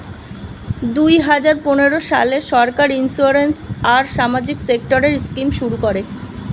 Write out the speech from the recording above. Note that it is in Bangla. দুই হাজার পনেরো সালে সরকার ইন্সিওরেন্স আর সামাজিক সেক্টরের স্কিম শুরু করে